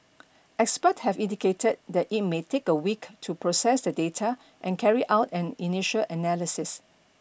expert have indicated that it may take a week to process the data and carry out an initial analysis